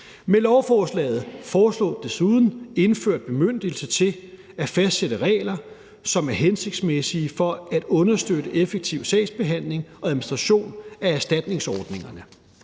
Med lovforslaget foreslås desuden indført bemyndigelse til at fastsætte regler, som er hensigtsmæssige for at understøtte effektiv sagsbehandling og administration af erstatningsordningerne.